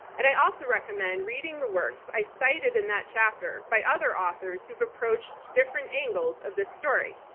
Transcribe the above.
and i also recommend reading the works i cited in that chapter by other authors who've approached different angles of this story.